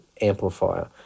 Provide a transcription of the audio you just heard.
amplifier